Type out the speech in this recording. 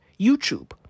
YouTube